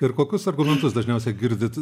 ir kokius argumentus dažniausia girdit